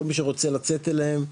כל מי שרוצה לצאת אליהם,